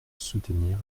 soutenir